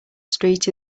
street